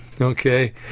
Okay